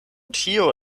tio